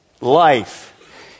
life